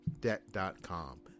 Debt.com